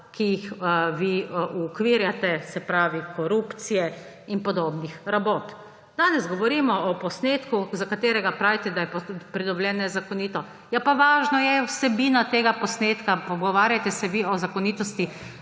ki jih vi uokvirjate, se pravi korupcije in podobnih rabot. Danes govorimo o posnetku, za katerega pravite, da je pridobljen nezakonito. Ja pa važno je vsebina tega posnetka! Pogovarjajte se vi o zakonitosti